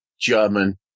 German